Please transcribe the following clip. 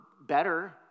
better